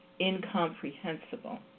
incomprehensible